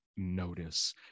notice